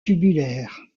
tubulaire